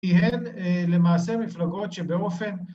‫כי הן למעשה מפלגות שבאופן...